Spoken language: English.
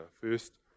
first